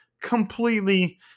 completely